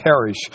perish